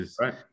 Right